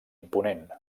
imponent